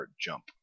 jump